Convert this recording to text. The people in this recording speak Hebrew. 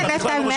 רוטמן, אתה מאיים.